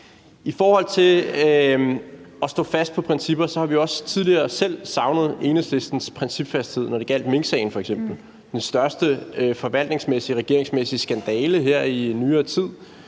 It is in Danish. i forhold til at stå fast på principper har vi også tidligere selv savnet Enhedslistens principfasthed, når det f.eks. gjaldt minksagen; det var den største forvaltningsmæssige og regeringsmæssige skandale i nyere tid.